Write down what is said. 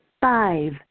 Five